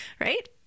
Right